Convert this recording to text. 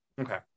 Okay